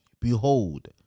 Behold